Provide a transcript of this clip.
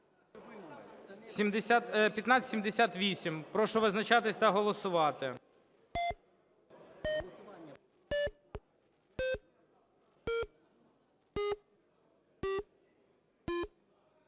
1585. Прошу визначатися та голосувати.